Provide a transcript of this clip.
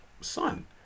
son